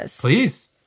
Please